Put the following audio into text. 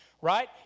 right